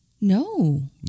No